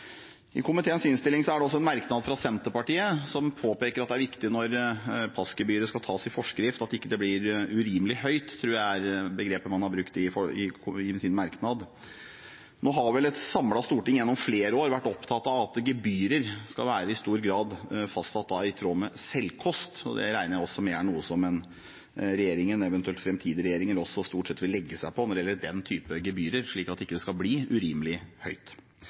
I komiteens innstilling er det også en merknad fra Senterpartiet, som påpeker at det er viktig når passgebyret skal tas i forskrift, at det ikke blir «urimelig» høyt – jeg tror det er det begrepet man har brukt i merknaden. Nå har vel et samlet storting gjennom flere år vært opptatt av at gebyrer i stor grad skal være fastsatt i tråd med selvkost, og det regner jeg med er noe som regjeringen og eventuelt framtidige regjeringer også stort sett vil legge seg på når det gjelder den type gebyrer, slik at det ikke skal bli urimelig høyt.